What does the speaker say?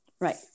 Right